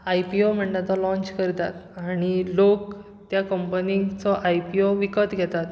IPO म्हणटा तो launch करतात आनी लोक त्या कंपनीचो आयपियो विकत घेतात